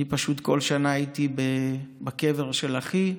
אני פשוט כל שנה הייתי בקבר של אחי,